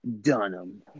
Dunham